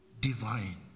divine